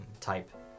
type